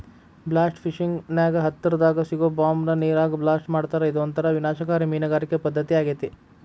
blast fishing ನ್ಯಾಗ ಹತ್ತರದಾಗ ಸಿಗೋ ಬಾಂಬ್ ನ ನೇರಾಗ ಬ್ಲಾಸ್ಟ್ ಮಾಡ್ತಾರಾ ಇದೊಂತರ ವಿನಾಶಕಾರಿ ಮೇನಗಾರಿಕೆ ಪದ್ದತಿಯಾಗೇತಿ